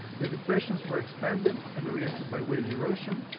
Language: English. the depressions were expanded and oriented by wave erosion,